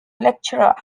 lecturer